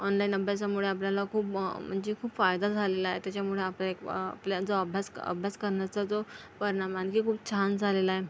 online अभ्यासामुळे आपल्याला खूप म म्हणजे खूप फायदा झालेला आहे त्याच्यामुळे आपल्या आपला जो अभ्यास अभ्यास करण्याचा जो परिणाम आणखी खूप छान झालेला आहे